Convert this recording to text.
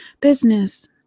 business